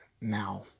now